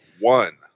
one